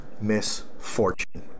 misfortune